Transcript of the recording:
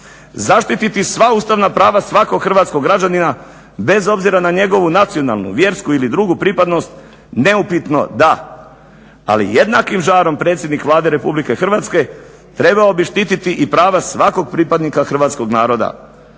Zaštititi sva ustavna prava svakog hrvatskog građanina bez obzira na njegovu nacionalnu, vjersku ili drugu pripadnost neupitno da ali jednakim žarom predsjednik Vlade RH trebao bi štititi i prava svakog pripadnika hrvatskog naroda